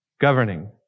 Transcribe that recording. governing